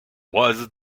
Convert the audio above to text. was